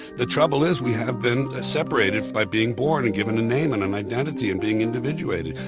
the trouble is we have been separated by being born and given a name and an identity and being individuated.